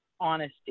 honesty